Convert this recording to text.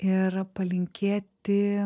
ir palinkėti